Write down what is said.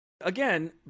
Again